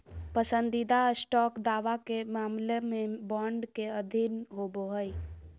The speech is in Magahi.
पसंदीदा स्टॉक दावा के मामला में बॉन्ड के अधीन होबो हइ